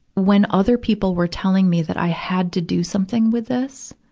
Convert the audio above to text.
when other people were telling me that i had to do something with this,